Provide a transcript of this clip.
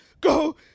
go